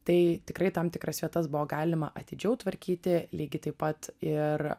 tai tikrai tam tikras vietas buvo galima atidžiau tvarkyti lygiai taip pat ir